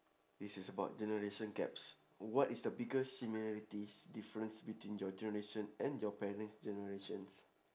this is about generation gaps what is the biggest similarities difference between your generation and your parent generations